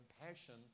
compassion